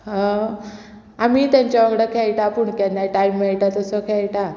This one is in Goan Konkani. आमी तेंच्या वांगडा खेळटा पूण केन्ना टायम मेळटा तसो खेळटा